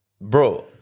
bro